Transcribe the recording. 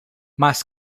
mas